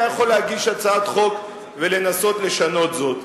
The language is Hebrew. היה יכול להגיש הצעת חוק ולנסות לשנות זאת.